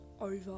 over